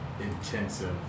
intensive